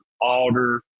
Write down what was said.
alder